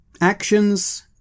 actions